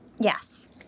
Yes